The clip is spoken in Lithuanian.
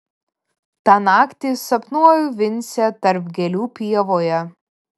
tą naktį sapnuoju vincę tarp gėlių pievoje